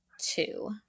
two